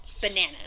bananas